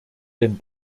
denn